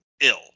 ill